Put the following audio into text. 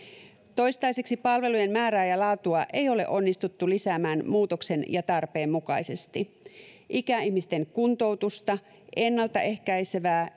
toistaiseksi palvelujen määrää ja ja laatua ei ole onnistuttu lisäämään muutoksen ja tarpeen mukaisesti ikäihmisten kuntoutusta ennaltaehkäisevää